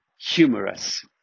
humorous